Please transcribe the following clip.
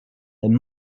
there